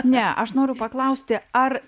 ne aš noriu paklausti ar